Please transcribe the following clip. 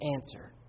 answer